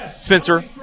Spencer